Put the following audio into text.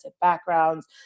backgrounds